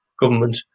government